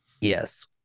Yes